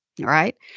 right